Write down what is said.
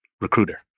recruiter